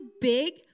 big